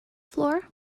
floor